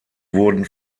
wurden